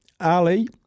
Ali